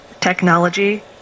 technology